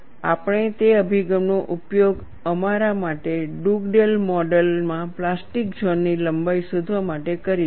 આપણે તે અભિગમનો ઉપયોગ અમારા માટે ડુગડેલ મોડલ માં પ્લાસ્ટિક ઝોન ની લંબાઈ શોધવા માટે કરીશું